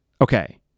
Okay